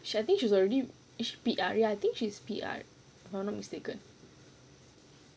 sh~ I think she was already sh~ P_R ya I think she's P_R if I have not mistaken